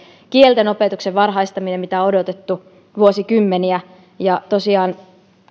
kielten opetuksen varhaistaminen mitä odotettu vuosikymmeniä ja tosiaan